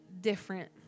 different